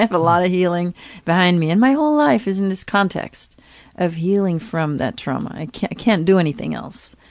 a lot of healing behind me. and my whole life is in this context of healing from that trauma. i can't can't do anything else.